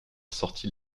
sortie